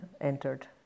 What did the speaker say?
entered